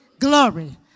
Glory